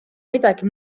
midagi